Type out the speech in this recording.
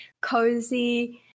cozy